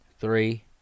three